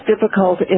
difficult